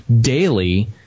daily